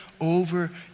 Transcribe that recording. over